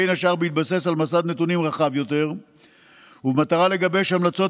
בין השאר בהתבסס על מסד נתונים רחב יותר ובמטרה לגבש המלצות